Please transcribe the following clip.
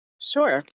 Sure